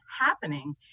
happening